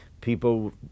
people